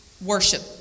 worship